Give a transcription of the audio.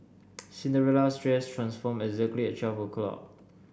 Cinderella's dress transformed exactly at twelve o'clock